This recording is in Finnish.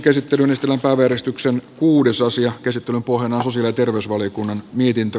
käsittelyn pohjana on sosiaali ja terveysvaliokunnan mietintö